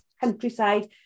countryside